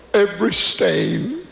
every stain